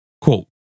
Quote